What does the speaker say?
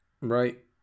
Right